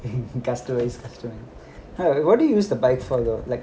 if you can customise customise what do you use the bike for though like